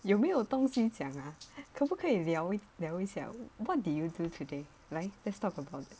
有没有东西讲啊可不可以聊聊一聊 what did you do today 来 let's talk about it